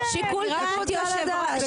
שיקול דעת יושב-ראש הוועדה.